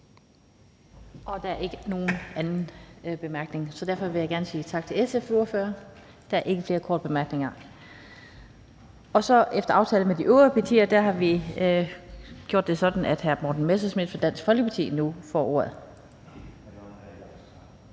Der er ikke nogen anden bemærkning. Derfor vil jeg gerne sige tak til SF's ordfører. Der er ikke flere korte bemærkninger. Efter aftale med de øvrige partier har vi gjort det sådan, at hr. Morten Messerschmidt fra Dansk Folkeparti nu får ordet.